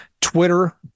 Twitter